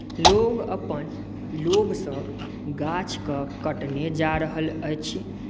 लोक अपन लोभसँ गाछकेँ कटने जा रहल अछि